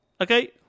okay